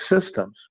systems